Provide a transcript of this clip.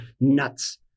nuts